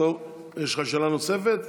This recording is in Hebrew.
יש לך שאלה נוספת?